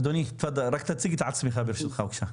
אדוני תפדל, רק תציג את עצמך בבקשה.